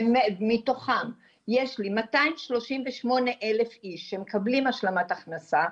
ומתוכם יש לי מאתיים שלושים ושמונה אלף איש שמקבלים השלמת הכנסה,